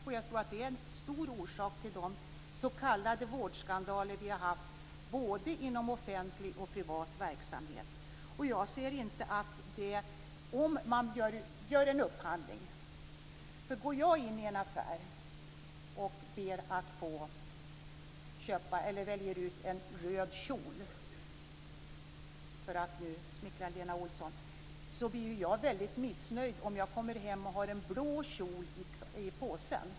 Jag tror att det är en stor orsak till de s.k. vårdskandaler vi har haft inom både offentlig och privat verksamhet. Går jag in i en affär och väljer ut en röd kjol, för att nu smickra Lena Olsson, blir jag väldigt missnöjd om jag kommer hem och har en blå kjol i påsen.